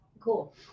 Cool